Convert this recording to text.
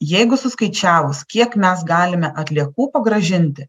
jeigu suskaičiavus kiek mes galime atliekų pagrąžinti